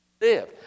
live